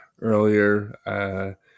earlier